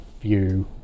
view